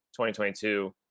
2022